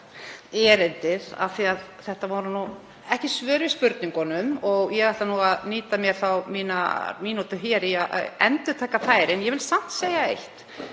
erindið. Þetta voru nú ekki svör við spurningunum og ég ætla því að nýta mér mína mínútu hér í að endurtaka þær. En ég vil samt segja eitt: